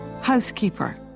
housekeeper